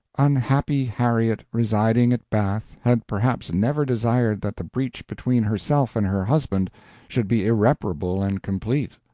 unhappy harriet, residing at bath, had perhaps never desired that the breach between herself and her husband should be irreparable and complete.